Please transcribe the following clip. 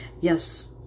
Yes